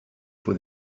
for